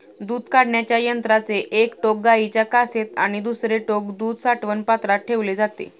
दूध काढण्याच्या यंत्राचे एक टोक गाईच्या कासेत आणि दुसरे टोक दूध साठवण पात्रात ठेवले जाते